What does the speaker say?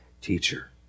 teacher